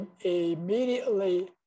immediately